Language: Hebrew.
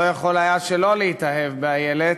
לא יכול היה שלא להתאהב באיילת,